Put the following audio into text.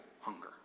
hunger